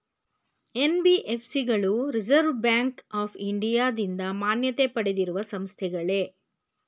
NBFC ಗಳು reserve bank of ಇಂಡಿಯಾದಿಂದ ಮಾನ್ಯತೆ ಪಡೆದಿರುವ ಸಂಸ್ಥೆಗಳೇ?